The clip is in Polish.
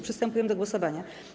Przystępujemy do głosowania.